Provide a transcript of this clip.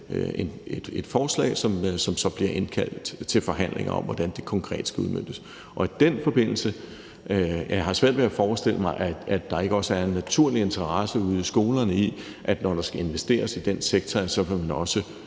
et forslag, som der så bliver indkaldt til forhandlinger om hvordan konkret skal udmøntes, og i den forbindelse har jeg svært ved at forestille mig, at der ikke også er en naturlig interesse ude i skolerne i, at når der skal investeres i den sektor, vil man også